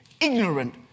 ignorant